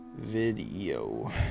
Video